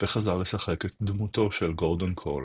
וחזר לשחק את דמותו של גורדון קול.